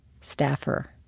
staffer